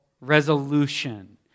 resolution